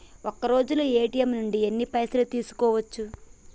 ఒక్కరోజులో ఏ.టి.ఎమ్ నుంచి ఎన్ని పైసలు తీసుకోవచ్చు?